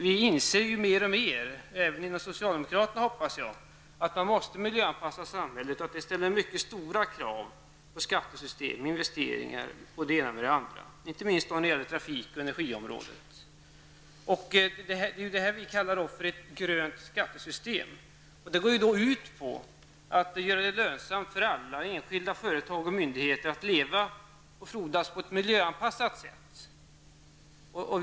Vi inser mer och mer, även socialdemokraterna, hoppas jag att man måste miljöanpassa samhället. Det ställer mycket stora krav på skattesystem, investeringar m.m. Det gäller inte minst inom trafik och energiområdet. Det som vi kallar ett grönt skattesystem går ut på att göra det lönsamt för alla, enskilda företag och myndigheter, att leva och frodas på ett miljöanpassat sätt.